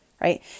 right